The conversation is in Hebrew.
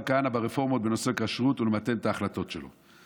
כהנא ברפורמות בנושא כשרות ולמתן את ההחלטות שלו?